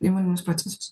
imuninius procesus